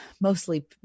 mostly